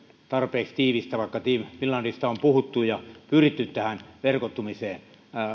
tarpeeksi tiivistä vaikka team finlandista on puhuttu ja pyritty tähän verkottumiseen